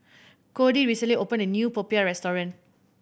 Codie recently opened a new popiah restaurant